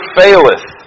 faileth